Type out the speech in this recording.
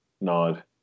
nod